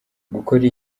gukora